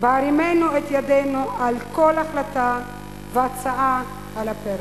בהרימנו את ידנו על כל החלטה והצעה שעל הפרק.